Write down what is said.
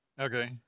Okay